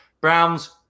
browns